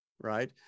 right